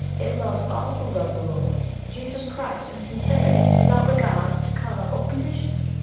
it loves all who love the lord jesus christ in sincerity, without regard to colour or condition.